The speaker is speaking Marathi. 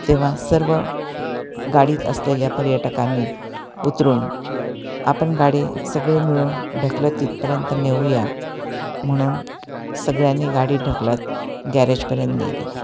तेव्हा सर्व गाडीत असलेल्या पर्यटकांनी उतरून आपन गाडी सगळे मिळून ढकलत तिथपर्यंत नेऊया म्हणून सगळ्यांनी गाडी ढकलत गॅरेजपर्यंत नेली